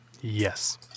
Yes